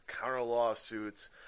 counter-lawsuits